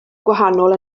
gwahanol